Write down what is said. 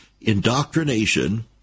indoctrination